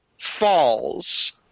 falls